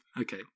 Okay